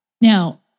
Now